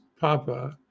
papa